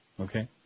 Okay